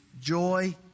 joy